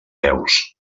peus